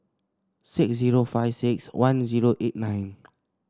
six zero five six one zero eight nine